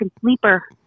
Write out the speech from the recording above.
sleeper